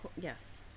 Yes